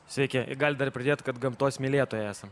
sveiki i galit dar pridėt kad gamtos mylėtojai esam